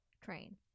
train